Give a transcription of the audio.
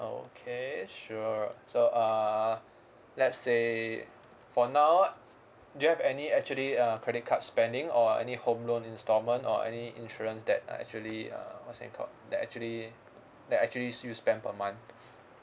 okay sure so uh let's say for now do you have any actually uh credit card spending or any home loan instalment or any insurance that are actually uh what's it called that actually that actually you spend per month